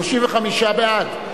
35 בעד,